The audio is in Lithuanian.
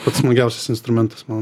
pats smagiausias instrumentas man